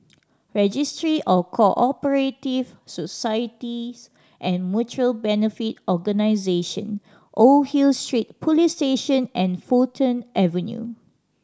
Registry of Co Operative Societies and Mutual Benefit Organisation Old Hill Street Police Station and Fulton Avenue